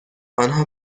آنها